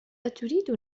أتريد